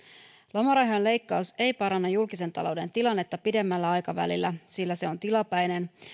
lomarahan leikkaus ei paranna julkisen talouden tilannetta pidemmällä aikavälillä sillä se on tilapäinen